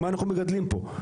מה אנחנו מגדלים פה?